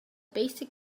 basic